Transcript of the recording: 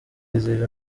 yizihije